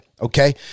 okay